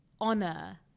honor